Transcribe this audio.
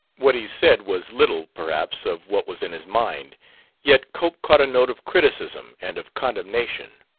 what he said was little, perhaps, of what was in his mind yet cope caught a note of criticism and of condemnation.